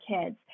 kids